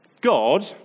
God